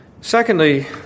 Secondly